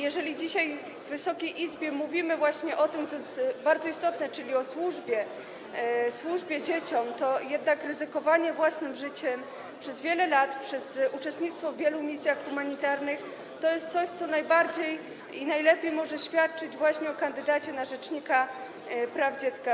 Jeżeli dzisiaj w Wysokiej Izbie mówimy właśnie o tym, co jest bardzo istotne, czyli o służbie, służbie dzieciom, to jednak ryzykowanie własnym życiem przez wiele lat przez uczestnictwo w wielu misjach humanitarnych to jest coś, co najbardziej i najlepiej może świadczyć właśnie o kandydacie na rzecznika praw dziecka.